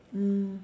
mm